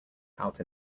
out